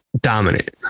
dominant